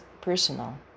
personal